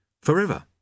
Forever